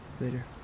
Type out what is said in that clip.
Later